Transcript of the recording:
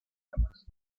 armas